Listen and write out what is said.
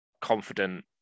confident